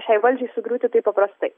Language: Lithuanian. šiai valdžiai sugriūti taip paprastai